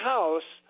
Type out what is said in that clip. House